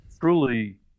truly